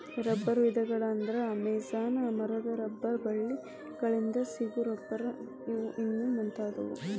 ರಬ್ಬರ ವಿಧಗಳ ಅಂದ್ರ ಅಮೇಜಾನ ಮರದ ರಬ್ಬರ ಬಳ್ಳಿ ಗಳಿಂದ ಸಿಗು ರಬ್ಬರ್ ಇನ್ನು ಮುಂತಾದವು